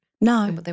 No